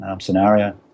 scenario